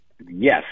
Yes